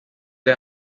the